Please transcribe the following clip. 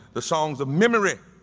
the songs of memory,